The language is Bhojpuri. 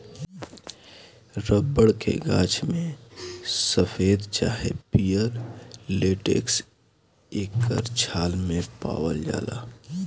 रबर के गाछ में सफ़ेद चाहे पियर लेटेक्स एकर छाल मे पावाल जाला